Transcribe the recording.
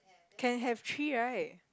can have three right